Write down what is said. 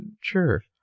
sure